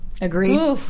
agree